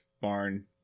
Barn